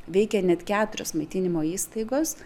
veikia net keturios maitinimo įstaigos